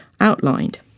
outlined